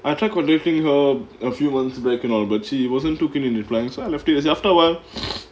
I tried contacting her a few months back and all but she wasn't too keen in replying so I left it as it is after awhile